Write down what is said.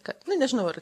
kad nu nežinau ar